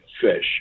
fish